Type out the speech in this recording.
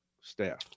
staff